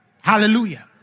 Hallelujah